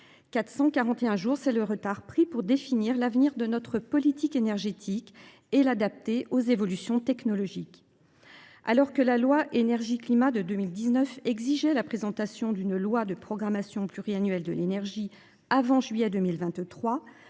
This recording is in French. C’est aussi le retard pris pour définir l’avenir de notre politique énergétique et l’adapter aux évolutions technologiques. Alors que la loi Énergie climat de 2019 exigeait la présentation d’une loi de programmation pluriannuelle de l’énergie avant juillet 2023,